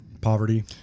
poverty